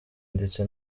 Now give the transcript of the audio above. ndetse